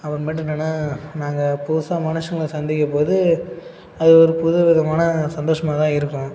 அப்புறமேட்டு என்னன்னால் நாங்கள் புதுசா மனுஷங்கலை சந்திக்கும் போது அது ஒரு புது விதமான சந்தோஷமாக தான் இருக்கும்